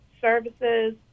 services